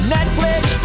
Netflix